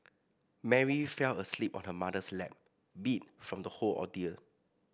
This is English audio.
Mary fell asleep on her mother's lap beat from the whole ordeal